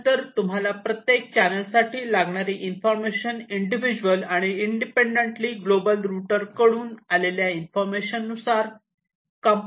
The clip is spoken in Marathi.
त्यानंतर तुम्हाला प्रत्येक चॅनल साठी लागणारी इन्फॉर्मेशन इंडीव्हिज्युअल आणि इंडिपेंडेंटली ग्लोबल रूटर कडून आलेल्या इन्फॉर्मेशन नुसार कंपाइल करण्यात येईल